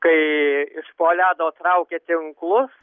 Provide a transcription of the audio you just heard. kai iš po ledo traukia tinklus